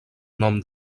nom